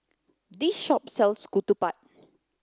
this shop sells Ketupat